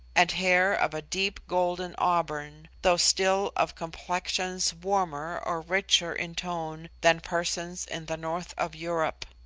and hair of a deep golden auburn, though still of complexions warmer or richer in tone than persons in the north of europe.